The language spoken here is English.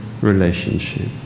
relationship